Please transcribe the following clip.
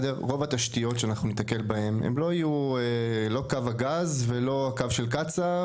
רוב התשתיות שניתקל בהן לא יהיו של קו הגז ולא קו של קצ״א,